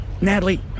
Natalie